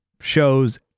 shows